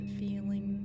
feeling